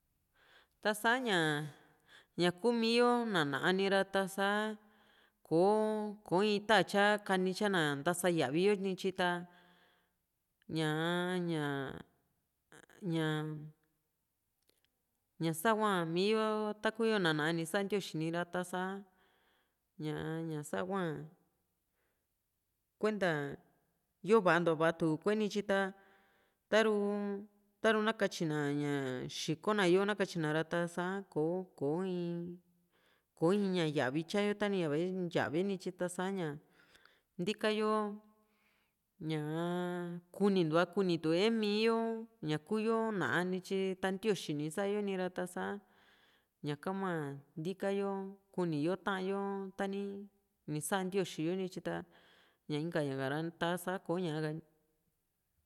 ta saña ñakuumi yo na ná´a nira tasa kò´o kò´o in ta tya kanitya na ntasa yaviyo ni tyi ta ñaa ña ña ñasahua mii yo taku yo ná´a ni saa ntioxi nira ta´sa ñaa ña sa hua kuenta ko vantua vaatu koyo nityi ta taru taru na katyina na ña xiko na yo nakatyina ra ta´sa kò´o ko in kò´o in ña yaviyo tya ta yavee nityi ta sa ña ntikayo ñaa kunintua kunitue miiyo ñaku yo ná´a nityi ta ntioxi ni sa´yo nira ta´sa ñaka hua ntikayo kuni yo ta´an yo tani ni sa´a ntioxi yo nityi ta ña inka ña´ka ra ta sa ko´ña ka ni